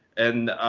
and,